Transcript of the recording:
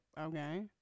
okay